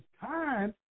time